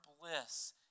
bliss